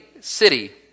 city